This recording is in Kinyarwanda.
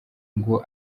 ngo